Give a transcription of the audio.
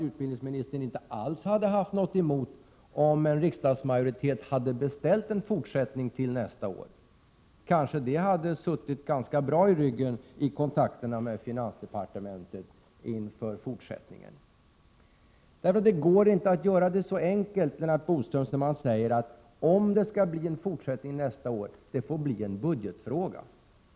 Utbildningsministern kanske inte alls hade haft något emot om en riksdagsmajoritet hade beställt en fortsättning till nästa år. Det kanske hade suttit ganska bra i ryggen vid kontakterna med finansdepartementet inför fortsättningen. Det går inte att göra det så enkelt för sig, Lennart Bodström, som att säga: Om det skall bli en fortsättning nästa år — ja, det får bli en budgetfråga.